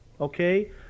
okay